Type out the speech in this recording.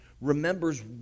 remembers